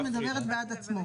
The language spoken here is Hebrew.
התשפ"א-2021,